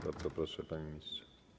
Bardzo proszę, panie ministrze.